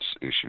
issue